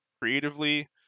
creatively